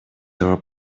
our